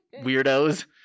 weirdos